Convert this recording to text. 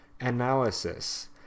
Analysis